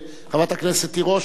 חברת הכנסת תירוש,